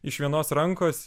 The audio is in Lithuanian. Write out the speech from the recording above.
iš vienos rankos